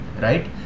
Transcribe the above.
Right